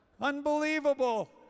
Unbelievable